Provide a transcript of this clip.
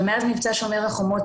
ועצור.